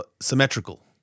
symmetrical